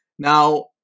Now